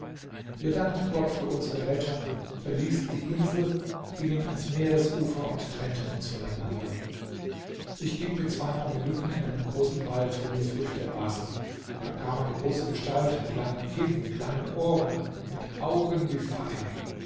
wir dankten gott für unsere rettung verließen die insel gingen ans meeresufer und trennten uns voneinander ich ging mit zwei mamelucken in einen großen wald wo wir früchte aßen da kam eine große gestalt mit langem kinn und langen ohren mit augen wie fackeln